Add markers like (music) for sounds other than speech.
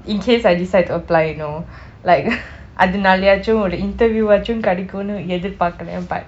in case I decide to apply you know like (noise) அதனாலேயாச்சும் ஒரு interview ஆச்சும் கிடைக்கும் எதிர்ப்பார்க்கலே:aachum kidaikum ethirpaarkalei but